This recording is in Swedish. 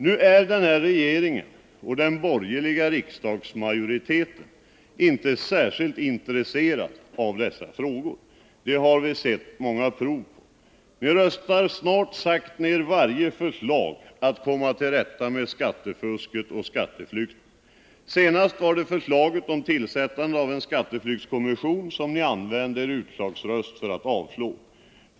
Nu är emellertid regeringen och den borgerliga riksdagsmajoriteten inte särskilt intresserade av dessa frågor — det har vi sett många prov på. Ni röstar ner snart sagt varje förslag om att komma till rätta med skattefusket och skatteflykten. Senast var det förslaget om tillsättande av en skatteflyktskommission som ni använde er utslagsröst för att avslå.